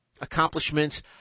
accomplishments